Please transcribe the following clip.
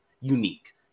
unique